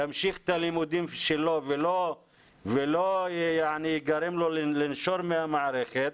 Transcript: ימשיך את הלימודים שלו ולא ייגרם לו לנשור מהמערכת?